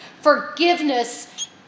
Forgiveness